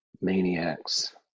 maniacs